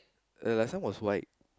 uh last time was white